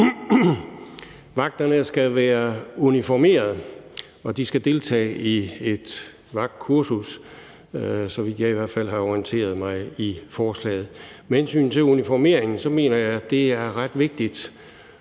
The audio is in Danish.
Vagterne skal være uniformerede, og de skal deltage i et vagtkursus, så vidt jeg i hvert fald har orienteret mig i forslaget. Med hensyn til uniformering mener jeg, det er ret vigtigt,